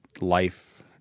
life